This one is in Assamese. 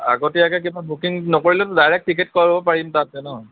আগতীয়াকৈ কিবা বুকিং নকৰিলেওতো ডাইৰেক্ট টিকেট কৰিব পাৰিম তাতে ন'